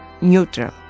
neutral